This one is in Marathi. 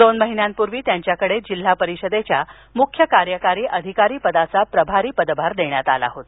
दोन महिन्यांपूर्वी त्यांच्याकडे जिल्हा परिषदेच्या मुख्य कार्यकारी अधिकारी पदाचा प्रभारी पदभार देण्यात आला होता